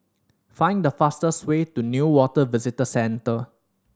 find the fastest way to Newater Visitor Centre